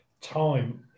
time